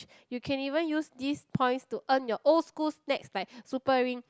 you can even use this points to earn your old school's snacks like Super Ring